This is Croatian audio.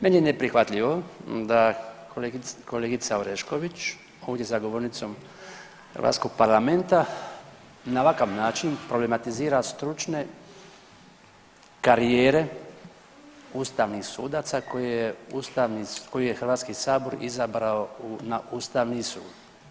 Meni je neprihvatljivo da kolegica Orešković ovdje za govornicom hrvatskog Parlamenta na ovakav način problematizira stručne karijere ustavnih sudaca koje je Hrvatski sabor izabrao na Ustavni sud.